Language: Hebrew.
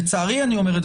לצערי אני אומר את זה.